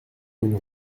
une